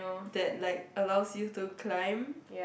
that like allows you to climb